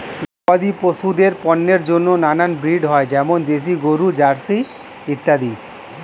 গবাদি পশুদের পণ্যের জন্য নানান ব্রিড হয়, যেমন দেশি গরু, জার্সি ইত্যাদি